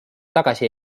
tagasi